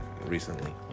recently